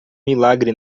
milagre